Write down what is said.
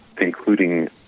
including